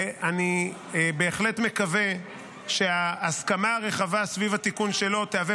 ואני בהחלט מקווה שההסכמה הרחבה סביב התיקון שלו תהווה